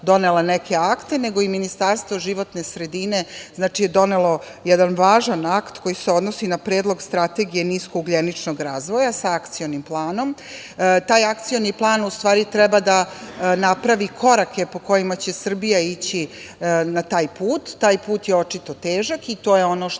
neke akte, nego i Ministarstvo životne sredine je donelo jedan važan akt koji se odnosi na Predlog strategije niskougljeničnog razvoja sa akcionim planom. Taj akcioni plan treba da napravi korake po kojima će Srbija ići na taj put. Taj put je očito težak i to je ono o